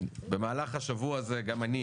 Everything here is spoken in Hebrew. במהלך השבוע הזה גם אני